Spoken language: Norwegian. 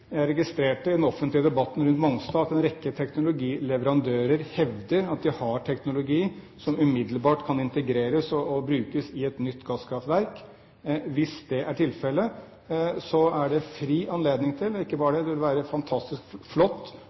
Jeg registrerte i den offentlige debatten rundt Mongstad at en rekke teknologileverandører hevder at de har teknologi som umiddelbart kan integreres og brukes i et nytt gasskraftverk. Hvis det er tilfellet, så er det fri anledning til det, og ikke bare det, men det ville være fantastisk flott